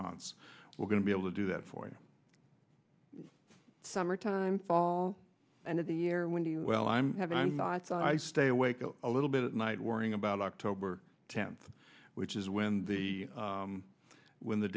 months we're going to be able to do that for a summertime fall and of the year when do you well i'm not so i stay awake a little bit night worrying about october tenth which is when the when the